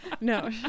No